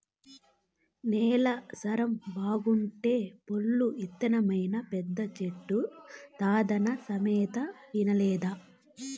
నేల సారం బాగుంటే పొల్లు ఇత్తనమైనా పెద్ద చెట్టైతాదన్న సామెత ఇనలేదా